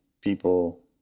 people